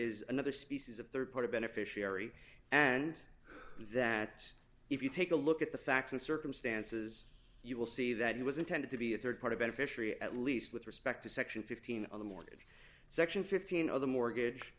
is another species of rd party beneficiary and that if you take a look at the facts and circumstances you will see that he was intended to be a rd party beneficiary at least with respect to section fifteen of the mortgage section fifteen of the mortgage